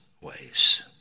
ways